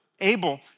able